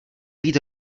být